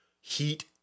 heat